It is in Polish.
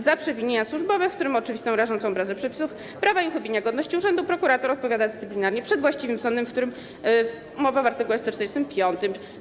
Za przewinienia służbowe, w tym za oczywistą, rażącą obrazę przepisów prawa i uchybienia godności urzędu, prokurator odpowiada dyscyplinarnie przed właściwym sądem, o którym mowa w art. 145.